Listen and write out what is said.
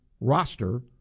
roster